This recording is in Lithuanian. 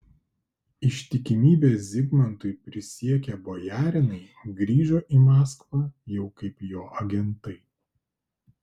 ištikimybę zigmantui prisiekę bojarinai grįžo į maskvą jau kaip jo agentai